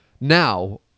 Now